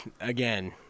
Again